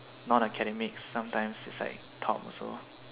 non academics sometime is like top also